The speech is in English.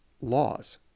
laws